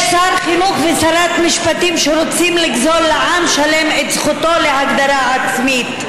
יש שר חינוך ושרת משפטים שרוצים לגזול לעם שלם את זכותו להגדרה עצמית,